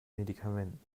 medikamenten